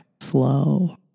slow